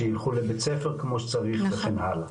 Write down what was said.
שילכו לבית ספר כמו שצריך וכן הלאה.